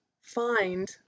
find